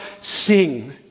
sing